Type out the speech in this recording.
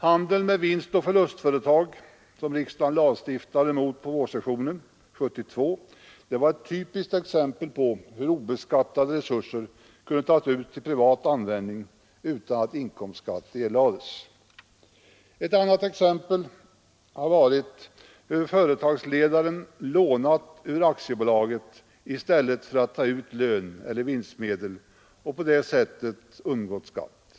Handeln med vinstoch förlustföretag, som riksdagen lagstiftade mot under vårriksdagen 1972, var ett typiskt exempel på hur obeskattade reserver kunde tas ut till privat användning utan att inkomstskatt erlades. Ett annat exempel har varit hur företagsledaren lånat ur aktiebolaget i stället för att ta ut lön eller vinstmedel och på det sättet undgått skatt.